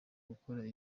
gukora